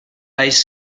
ice